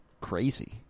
crazy